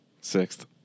sixth